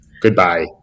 Goodbye